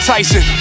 Tyson